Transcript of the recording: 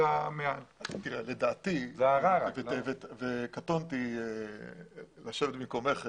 לדעתי, וקטונתי לשבת במקומך גברתי,